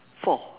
four